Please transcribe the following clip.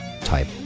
type